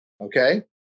Okay